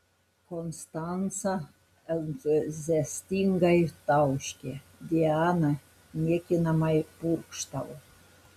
konstanca entuziastingai tauškė diana niekinamai purkštavo